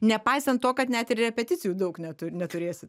nepaisant to kad net ir repeticijų daug netu neturėsit